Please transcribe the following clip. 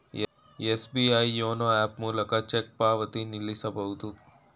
SBI YONO app ಮೂಲಕ cheque ಪಾವತಿ ನಿಲ್ಲಿಸಬಹುದು